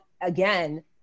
again